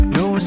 no